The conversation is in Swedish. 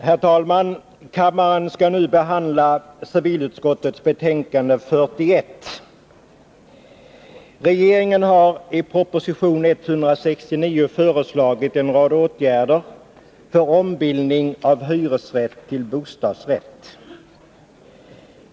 Herr talman! Kammaren skall nu behandla civilutskottets betänkande 41. Regeringen har i proposition 169 föreslagit en rad åtgärder för ombildning av hyresrätt till bostadsrätt.